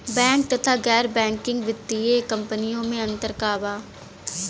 Bank तथा गैर banking वित्तीय कम्पनीयो मे अन्तर का बा?